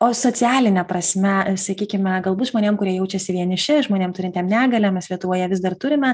o socialine prasme sakykime galbūt žmonėm kurie jaučiasi vieniši žmonėm turintiem negalią mes lietuvoje vis dar turime